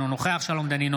אינו נוכח שלום דנינו,